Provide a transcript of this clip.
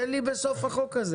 תן לי בסוף הדיון על החוק.